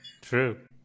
True